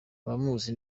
abamuzi